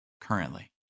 currently